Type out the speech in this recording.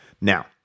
Now